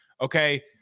okay